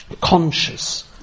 conscious